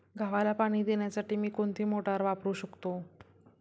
गव्हाला पाणी देण्यासाठी मी कोणती मोटार वापरू शकतो?